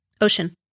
Ocean